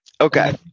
okay